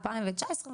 2019,